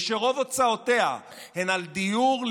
ושרוב הוצאותיה הן על דיור,